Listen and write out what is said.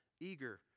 eager